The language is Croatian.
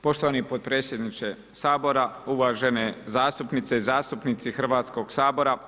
Poštovani potpredsjedniče Sabora, uvažene zastupnice i zastupnici Hrvatskog sabora.